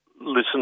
listen